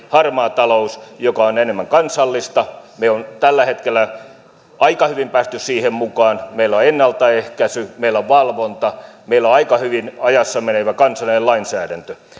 harmaa talous joka on enemmän kansallista me olemme tällä hetkellä aika hyvin päässeet siihen mukaan meillä on ennaltaehkäisy meillä on valvonta meillä on aika hyvin ajassa menevä kansallinen lainsäädäntö